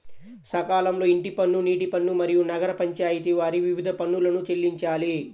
సకాలంలో ఇంటి పన్ను, నీటి పన్ను, మరియు నగర పంచాయితి వారి వివిధ పన్నులను చెల్లించాలి